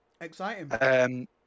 Exciting